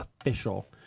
official